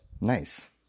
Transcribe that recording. Nice